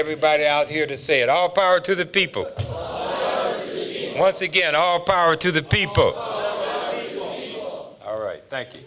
everybody out here to say it all power to the people once again all power to the people all right thank you